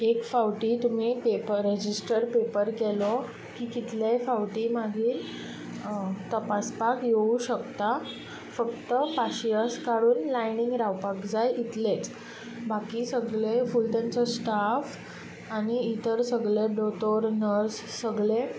एक फावटी तुमी पेपर रेजिस्टर पेपर केलो की कितलेय फावटी मागीर तपासपाक येवूंक शकता फकत पाशियेंस काडून लायनीन रावपाक जाय इतलेंच बाकी सगळें फूल तांचो स्टाफ आनी इतर सगळें दोतोर नर्स सगळे